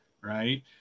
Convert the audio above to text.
Right